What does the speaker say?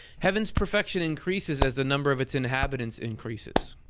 heaven's perfection increases as the number of its inhabitants increases.